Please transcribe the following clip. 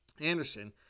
Anderson